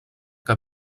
que